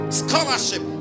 scholarship